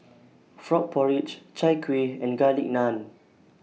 Frog Porridge Chai Kuih and Garlic Naan